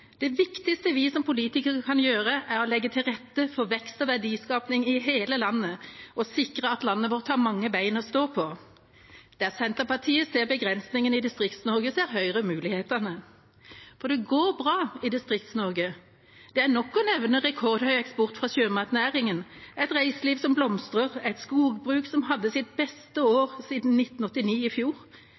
Det viktigste vi som politikere kan gjøre, er å legge til rette for vekst og verdiskaping i hele landet og sikre at landet vårt har mange bein å stå på. Der Senterpartiet ser begrensningene i Distrikts-Norge, ser Høyre mulighetene, for det går bra i Distrikts-Norge. Det er nok å nevne rekordhøy eksport fra sjømatnæringen, et reiseliv som blomstrer, et skogbruk som i fjor hadde sitt beste år siden 1989,